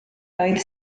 oedd